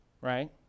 Right